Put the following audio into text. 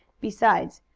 besides,